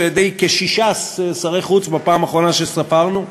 על-ידי כשישה שרי חוץ בפעם האחרונה שספרנו,